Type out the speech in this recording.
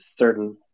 certain